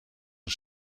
een